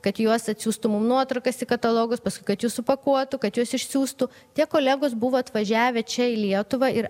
kad juos atsiųstų mum nuotraukas į katalogus paskui kad jus supakuotų kad juos išsiųstų tie kolegos buvo atvažiavę čia į lietuvą ir